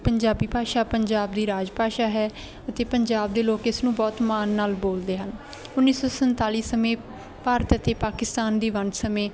ਪੰਜਾਬੀ ਭਾਸ਼ਾ ਪੰਜਾਬ ਦੀ ਰਾਜ ਭਾਸ਼ਾ ਹੈ ਅਤੇ ਪੰਜਾਬ ਦੇ ਲੋਕ ਇਸ ਨੂੰ ਬਹੁਤ ਮਾਣ ਨਾਲ ਬੋਲਦੇ ਹਨ ਉੱਨੀ ਸੌ ਸੰਤਾਲੀ ਸਮੇਂ ਭਾਰਤ ਅਤੇ ਪਾਕਿਸਤਾਨ ਦੀ ਵੰਡ ਸਮੇਂ